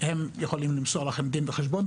והם יכולים למסור לכם דין וחשבון,